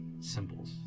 symbols